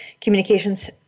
communications